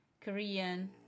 Korean